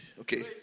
Okay